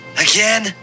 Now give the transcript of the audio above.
Again